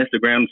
Instagram